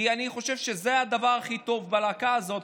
כי אני חושב שזה הדבר הכי טוב בלהקה הזאת,